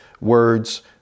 words